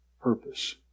purpose